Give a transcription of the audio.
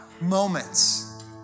moments